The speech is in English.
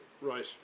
Right